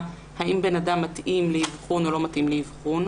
האם בן אדם מתאים לאבחון או לא מתאים לאבחון.